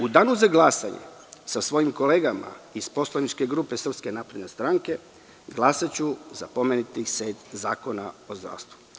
U danu za glasanje, sa svojim kolegama iz poslaničke grupe SNS, glasaću za pomenuti set zakona o zdravstvu.